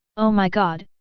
oh my god,